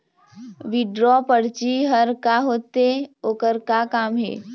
Withdraw परची हर का होते, ओकर का काम हे?